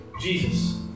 Jesus